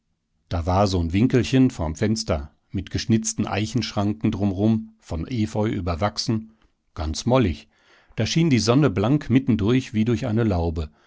da war so'n winkelchen vorm fenster mit geschnitzten eichenschranken drumrum von efeu überwachsen ganz mollig da schien die sonne blank mitten durch wie durch eine laube